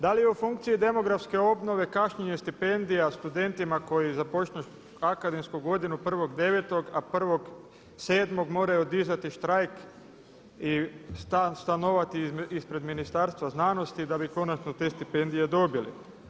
Da li je u funkciji demografske obnove kašnjenje stipendija studentima koji započnu akademsku godinu 1.9. a 1.7. moraju održati štrajk i stanovati ispred Ministarstva znanosti da bi konačno te stipendije dobili.